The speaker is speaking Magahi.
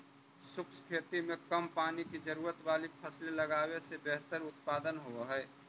शुष्क खेती में कम पानी की जरूरत वाली फसलें लगावे से बेहतर उत्पादन होव हई